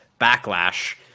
backlash